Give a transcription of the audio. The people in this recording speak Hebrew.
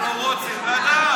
אנחנו רוצים לדעת.